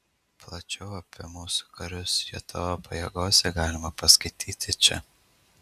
plačiau apie mūsų karius jto pajėgose galima paskaityti čia